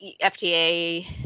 FDA